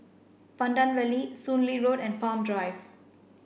Pandan Valley Soon Lee Road and Palm Drive